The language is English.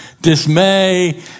dismay